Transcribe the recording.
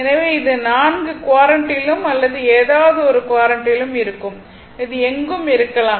எனவே இது நான்கு க்வாட்ரண்ட்டிலும் அல்லது ஏதாவது ஒரு க்வாட்ரண்ட்டிலும் இருக்கும் அது எங்கும் இருக்கலாம்